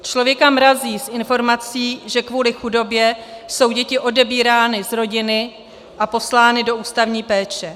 Člověka mrazí z informací, že kvůli chudobě jsou děti odebírány z rodiny a poslány do ústavní péče.